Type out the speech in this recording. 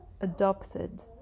adopted